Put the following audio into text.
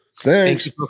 Thanks